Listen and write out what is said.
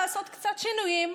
לעשות קצת שינויים.